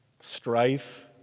strife